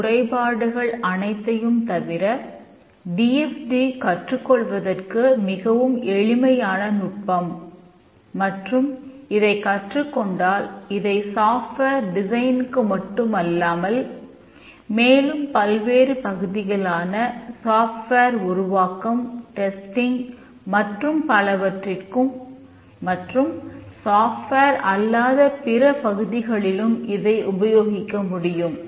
இந்தக் குறைபாடுகள் அனைத்தையும் தவிர டி எஃப் டி ஆகும்